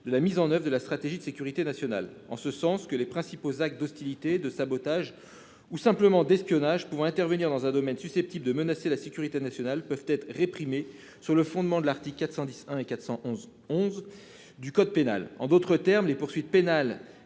de la mise en oeuvre de la stratégie de sécurité nationale. En effet, les principaux actes d'hostilité, de sabotage ou simplement d'espionnage intervenant dans un domaine susceptible de menacer la sécurité nationale peuvent être réprimés sur le fondement des articles 410-1 à 411-11 du code pénal. En d'autres termes, les poursuites pénales